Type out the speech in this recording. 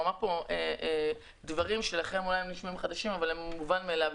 אמר כאן דברים שלכם אולי הם נשמעים חדשים אבל הם מובן מאליו.